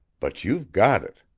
but you've got it.